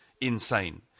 insane